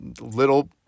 little